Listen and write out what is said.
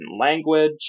language